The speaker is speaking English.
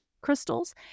crystals